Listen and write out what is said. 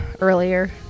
earlier